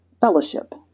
fellowship